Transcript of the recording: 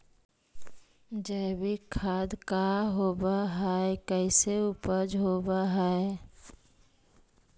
जैविक खाद क्या होब हाय कैसे उपज हो ब्हाय?